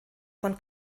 von